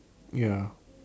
ya